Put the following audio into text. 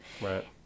Right